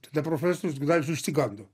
tada profesorius gudavičius išsigando